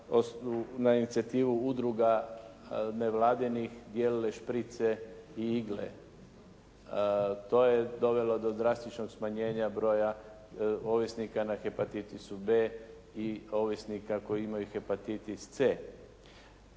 na inicijativu udruga nevladinih dijelile šprice i igle. To je dovelo do drastičnog smanjenja broja ovisnika na hepatitisu B i ovisnika koji imaju hepatitis C.